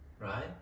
right